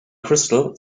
crystal